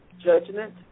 judgment